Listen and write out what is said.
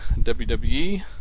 WWE